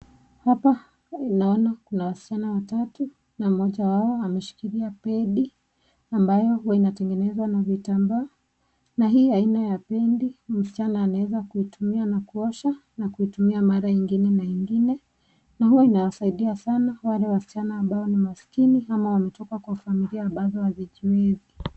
Hapa ninaona kuna wasichana watatu na mmoja wao ameshikilia pedi ambayo huwa inatengenezwa na vitambaa na hii aina ya pedi msichana anaweza kuitumia na kuosha na kuitumia mara ingine na ingine na huwa inasaidia sana wale wasichana ambao ni masikini ama wametoka kwa familia ambazo hazijiwezi.